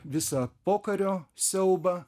visą pokario siaubą